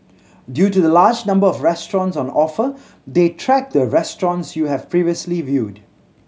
due to the large number of restaurants on offer they track the restaurants you have previously viewed